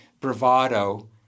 bravado